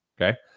Okay